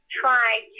try